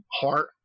heart